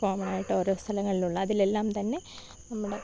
കോമണായിട്ട് ഓരോ സ്ഥലങ്ങളിലുള്ള അതിലെല്ലാംതന്നെ നമ്മുടെ